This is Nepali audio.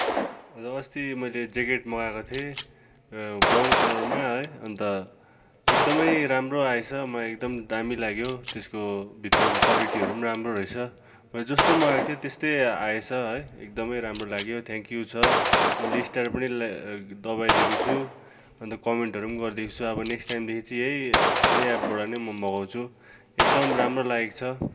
हेलो अस्ति मैले ज्याकेट मगाएको थिएँ र ब्राउन कलरमा है अन्त एकदमै राम्रो आएछ म एकदम दामी लाग्यो त्यसको भित्रको क्वालिटीहरू पनि राम्रो रहेछ मैले जस्तो मगाएको थिएँ त्यस्तै आएछ है एकदमै राम्रो लाग्यो थ्याङ्क यू छ मैले स्टार पनि दबाई दिएको छु अन्त कमेन्टहरू पनि गरिदिएको छु अब नेक्स्ट टाइमदेखि चाहिँ है यही एपबाट नै म मगाउँछु एकदम राम्रो लागेको छ